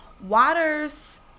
waters